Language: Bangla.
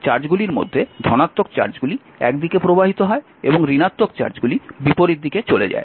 চার্জগুলির মধ্যে ধনাত্মক চার্জগুলি এক দিকে প্রবাহিত হয় এবং ঋণাত্মক চার্জগুলি বিপরীত দিকে চলে যায়